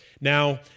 Now